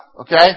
Okay